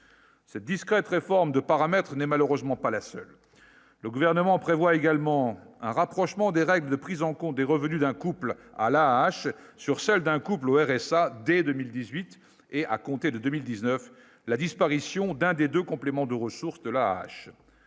cette discrète réforme de paramètres n'est malheureusement pas la seule, le gouvernement prévoit également un rapprochement des règles prise en compte des revenus d'un couple à la hache sur celle d'un couple au RSA dès 2018 et à compter de 2019 la disparition d'un des 2 compléments de ressources de la